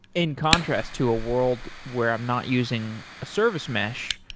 in contrast to a world where i'm not using a service mesh,